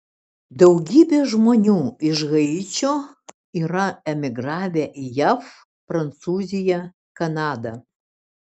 daugybė žmonių iš haičio yra emigravę į jav prancūziją kanadą